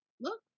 look